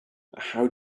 how